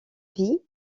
vie